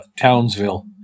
Townsville